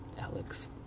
Alex